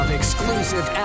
exclusive